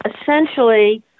essentially